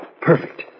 Perfect